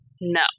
no